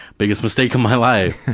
biggest mistake of my life.